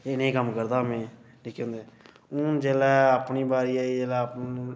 इ'यै नेह् कम्म करदा हा में निक्के होंदे हून जिसलै अपनी बारी आई जिसलै आपूं